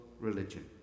religion